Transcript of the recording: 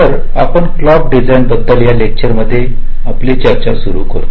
तर आपण clock design बद्दल या लेक्चर मध्ये आपली चर्चा सुरू करतो